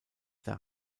der